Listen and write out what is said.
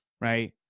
Right